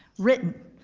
written.